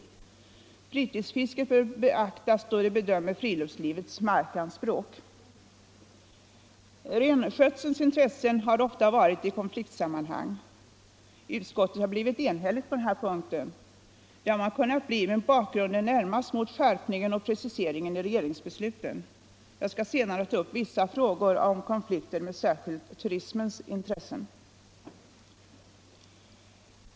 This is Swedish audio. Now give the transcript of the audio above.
Fritidsfisket bör beaktas då man bedömer friluftslivets markanspråk. Renskötselns intressen har ofta varit uppe i konfliktsammanhang. Utskottet har blivit enhälligt på den punkten. Det har man kunnat bli mot bakgrund närmast av skärpningen och preciseringen i regeringsbesluten. Jag skall senare ta upp vissa frågor om konflikter med särskilt turismens intressen.